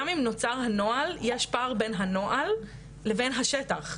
גם אם נוצר נוהל יש פער בין הנוהל לבין השטח,